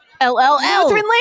LLL